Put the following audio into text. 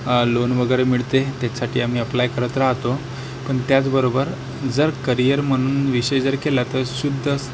loan वगैरे मिळते त्याच्यासाठी आम्ही ॲप्लाय करत राहतो पण त्याचबरोबर जर करिअर म्हणून विषय जर केला तर शुद्ध